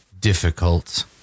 difficult